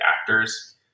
actors